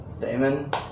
Damon